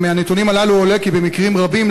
מהנתונים הללו עולה כי במקרים רבים,